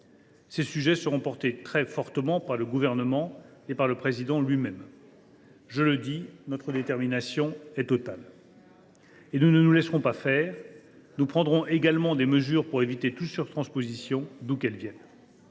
Ces sujets seront portés très fortement par le Gouvernement et par le Président de la République lui même. Je le dis, notre détermination est totale, et nous ne nous laisserons pas faire. « De plus, nous prendrons des mesures pour éviter toute surtransposition, d’où qu’elle vienne.